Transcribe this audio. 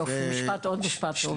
יופי, עוד משפט טוב.